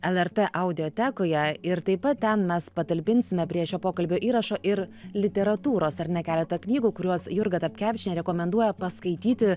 lrt audiotekoje ir taip pat ten mes patalpinsime prie šio pokalbio įrašo ir literatūros ar ne keletą knygų kuriuos jurga dapkevičienė rekomenduoja paskaityti